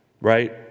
right